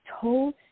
told